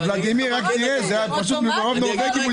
אבל ולדימיר, פשוט מרוב נורבגים הוא התבלבל.